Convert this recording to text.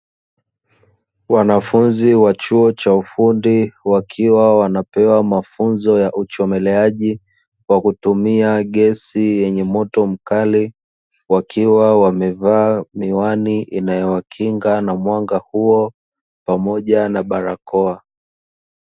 Wanafunzi wa chuo cha ufundi wakiwa wanapewa mafunzo ya uchomeleaji kwa kutumia gesi yenye moto mkali, wakiwa wameva miwani inayowakinga na mwanga huo, pamoja na barakoa.